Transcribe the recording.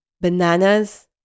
bananas